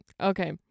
okay